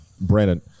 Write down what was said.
Brandon